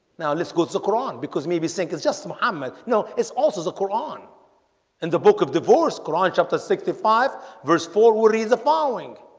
now let's go to the quran because maybe saying it's just mohammed no, it's also the quran and the book of divorce quran chapter sixty five verse four will be the following